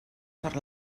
per